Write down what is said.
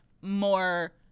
more